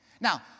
Now